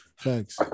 Thanks